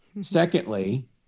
Secondly